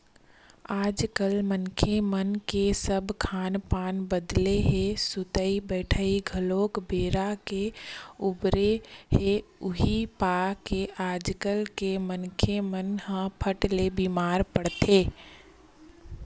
आजकल मनखे मन के सब खान पान बदले हे सुतई बइठई घलोक बेरा के उबेरा हे उहीं पाय के आजकल के मनखे मन ह फट ले बीमार पड़ जाथे